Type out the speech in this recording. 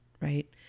right